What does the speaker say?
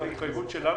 זאת התחייבות שלנו,